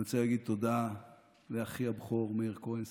אני רוצה להגיד תודה לאחי הבכור מאיר כהן,